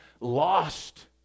lost